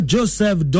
Joseph